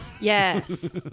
Yes